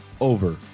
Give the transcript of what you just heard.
over